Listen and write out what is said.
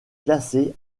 classé